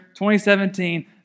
2017